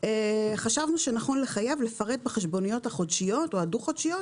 חשבנו שנכון לחייב לפרט בחשבוניות החודשיות או הדו-חודשיות